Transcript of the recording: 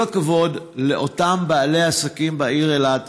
כל הכבוד לאותם בעלי עסקים בעיר אילת.